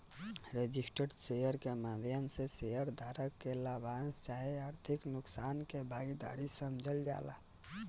registered share के माध्यम से शेयर धारक के लाभांश चाहे आर्थिक नुकसान के भागीदार समझल जाला